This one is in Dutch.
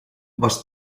was